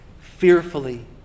Fearfully